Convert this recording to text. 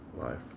life